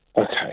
Okay